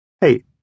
Hey